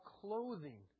clothing